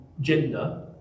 gender